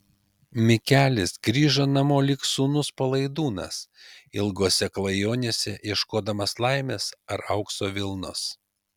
mikelis sugrįžo namo lyg sūnus palaidūnas ilgose klajonėse ieškodamas laimės ar aukso vilnos